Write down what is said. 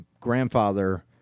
grandfather